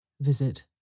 Visit